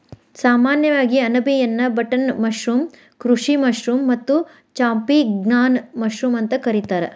ಸಾಮಾನ್ಯವಾಗಿ ಅಣಬೆಯನ್ನಾ button mushroom, ಕೃಷಿ ಮಶ್ರೂಮ್ ಮತ್ತ ಚಾಂಪಿಗ್ನಾನ್ ಮಶ್ರೂಮ್ ಅಂತ ಕರಿತಾರ